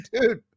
dude